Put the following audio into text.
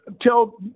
tell